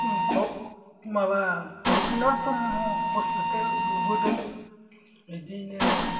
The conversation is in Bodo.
माबा रुपनाथ ब्रह्म हस्पितेल लुबोदों बिदिनो